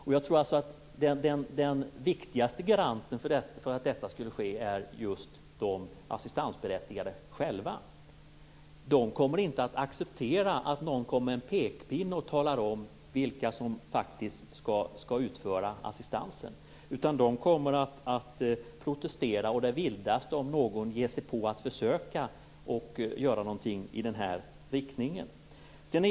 Den viktigaste garanten här är just de assistansberättigade själva. De kommer inte att acceptera att någon står med en pekpinne och talar om vilka som skall utföra assistansen. De kommer att protestera å det vildaste om någon ger sig på att försöka att göra någonting i den riktningen.